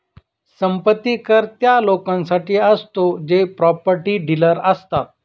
संपत्ती कर त्या लोकांसाठी असतो जे प्रॉपर्टी डीलर असतात